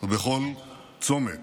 ובכל צומת,